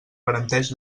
garanteix